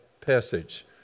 passage